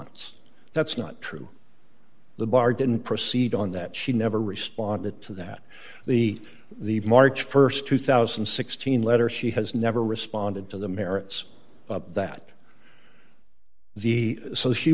months that's not true the bar didn't proceed on that she never responded to that the the march st two thousand and sixteen letter she has never responded to the merits of that the so she